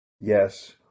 Yes